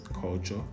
culture